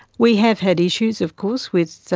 we have had issues of course with